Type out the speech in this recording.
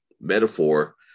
metaphor